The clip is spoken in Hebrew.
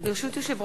גברתי השרה,